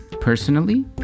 personally